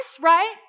right